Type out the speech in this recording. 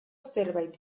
zerbait